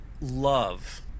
love